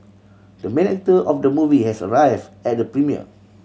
the main actor of the movie has arrive at the premiere